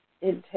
intake